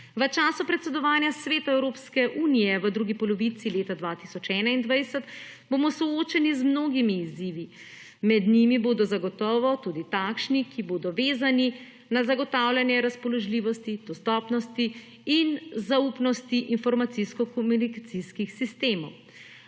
V času predsedovanja Svetu Evropske unije v drugi polovici leta 2021 bomo soočeni z mnogimi izzivi, med njimi bodo zagotovo tudi takšni, ki bodo vezani na zagotavljanje razpoložljivosti, dostopnosti in zaupnosti 18.